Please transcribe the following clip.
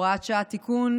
(הוראת שעה) (תיקון),